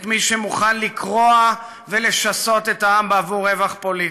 את מי שמוכן לקרוע ולשסות את העם בעבור רווח פוליטי.